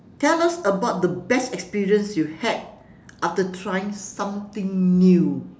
tell us about the best experience you had after trying something new